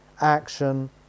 action